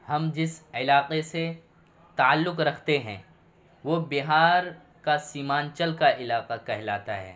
ہم جس علاقے سے تعلق رکھتے ہیں وہ بہار کا سیمانچل کا علاقہ کہلاتا ہے